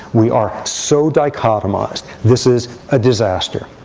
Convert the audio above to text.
we are so dichotomized. this is a disaster.